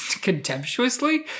Contemptuously